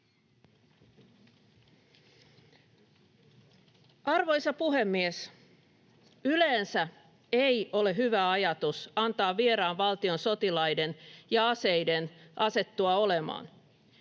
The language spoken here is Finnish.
Arvoisa puhemies! Yleensä ei ole hyvä ajatus antaa vieraan valtion sotilaiden ja aseiden asettua olemaan.